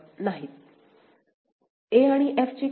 a आणि f चे काय